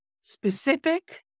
specific